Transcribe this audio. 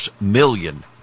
million